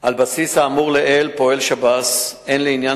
על בסיס האמור לעיל פועל שב"ס הן לעניין